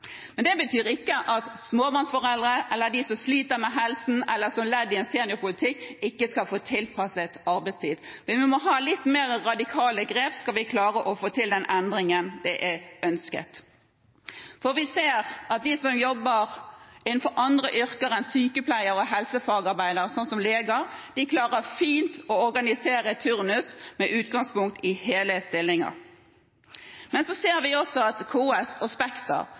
Det betyr ikke at småbarnsforeldre, eller de som sliter med helsen, eller noen, som ledd i en seniorpolitikk, ikke skal få tilpasset arbeidstid, men vi må ha litt mer radikale grep om vi skal klare å få til den endringen som er ønsket. Vi ser at de som jobber innenfor andre yrker enn sykepleier og helsefagarbeider – sånn som leger – fint klarer å organisere turnus med utgangspunkt i hele stillinger. Men vi ser også at KS og Spekter